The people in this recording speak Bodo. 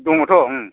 दङथ'